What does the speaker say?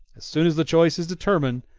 as soon as the choice is determined,